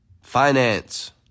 finance